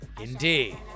Indeed